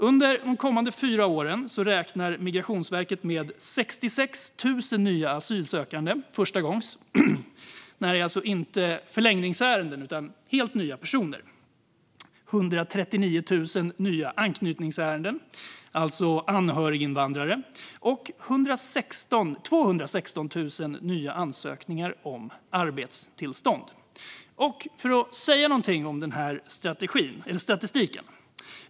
Under de kommande fyra åren räknar Migrationsverket med 66 000 nya asylsökande - förstagångssökande, alltså inte förlängningsärenden utan helt nya sökande - samt 139 000 nya anknytningsärenden, alltså anhöriginvandrare, och 216 000 nya ansökningar om arbetstillstånd. Låt mig säga något om den här statistiken.